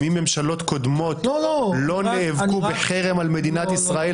אם ממשלות קודמות לא נאבקו בחרם על מדינת ישראל,